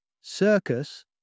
Circus